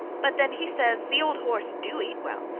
but then he says the old horse do eat well,